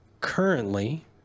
currently